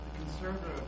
Conservative